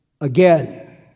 again